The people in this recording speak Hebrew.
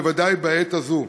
בוודאי בעת הזאת.